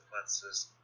consequences